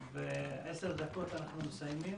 בתוך עשר דקות אנחנו מסיימים.